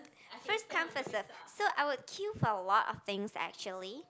first come first serve so I would queue for a lot of things actually